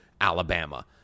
Alabama